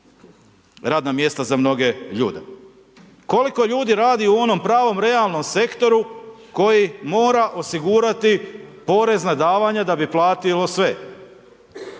radna mjesta za mnoge ljude. Koliko ljudi radi u onom pravom realnom sektoru koji mora osigurati porezna davanja da bi platio sve.